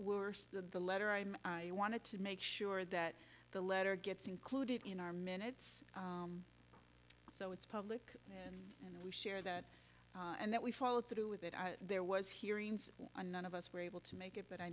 than the letter i'm wanted to make sure that the letter gets included in our minutes so it's public and we share that and that we follow through with it there was hearings and none of us were able to make it but i